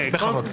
בכבוד.